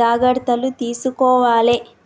జాగర్తలు తీసుకోవాలే